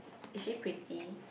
is she pretty